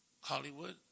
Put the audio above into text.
Hollywood